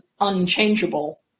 unchangeable